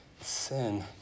sin